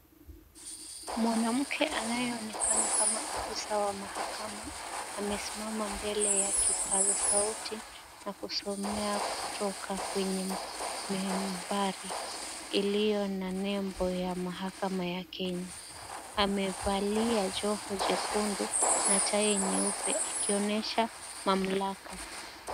Mwanamke anayeonekana kama afisa wa mahakama amesimama mbele ya kipaza sauti na kusomea kutoka kwenye membari iliyo na nembo ya mahakama ya Kenya. Amevalia joho chekundu na tai nyeupe akionyesha mamlaka.